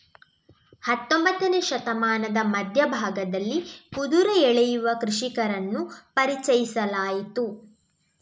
ಹತ್ತೊಂಬತ್ತನೇ ಶತಮಾನದ ಮಧ್ಯ ಭಾಗದಲ್ಲಿ ಕುದುರೆ ಎಳೆಯುವ ಕೃಷಿಕರನ್ನು ಪರಿಚಯಿಸಲಾಯಿತು